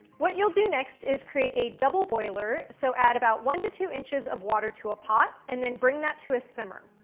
what you'll do next is create a double boiler, so add about one to two inches of water to a pot and then bring that to a simmer.